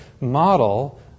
model